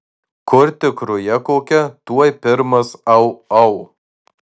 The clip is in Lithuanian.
kur tik ruja kokia tuoj pirmas au au